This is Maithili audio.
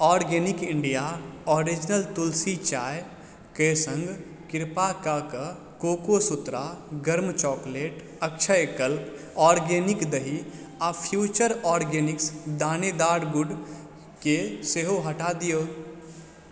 ऑर्गेनिक इण्डिया ओरिजिनल तुलसी चायके सङ्ग कृपाकऽ कऽ कोकोसूत्रा गर्म चॉकलेट अक्षयकल्प ऑर्गेनिक दही आ फ्यूचर ऑर्गेनिक्स दानेदार गुड़के सेहो हटा दियौ